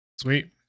Sweet